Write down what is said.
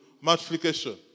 multiplication